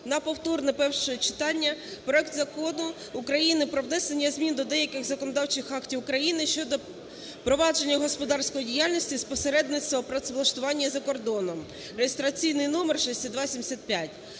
на повторне перше читання проект Закону України про внесення змін до деяких законодавчих актів України щодо провадження господарської діяльності з посередництва у працевлаштуванні за кордоном (реєстраційний номер 6275).